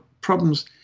problems